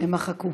הם מחקו.